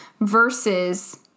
versus